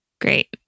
great